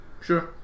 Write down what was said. Sure